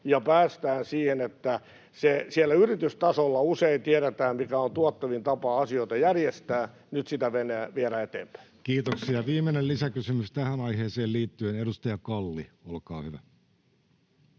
päästään siihen, että... Siellä yritystasolla usein tiedetään, mikä on tuottavin tapa asioita järjestää, ja nyt sitä viedään eteenpäin. Kiitoksia. — Viimeinen lisäkysymys tähän aiheeseen liittyen. — Edustaja Kalli, olkaa hyvä.